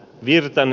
virtain